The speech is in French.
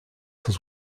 cent